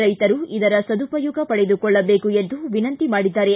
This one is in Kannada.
ರೈತರು ಇದರ ಸದುಪಯೋಗ ಪಡೆದುಕೊಳ್ಳಬೇಕು ಎಂದು ವಿನಂತಿ ಮಾಡಿದ್ದಾರೆ